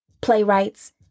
playwrights